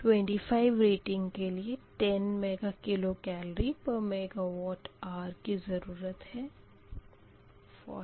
25 rating के लिए 10 mega calorie पर मेगावाट आर की ज़रूरत है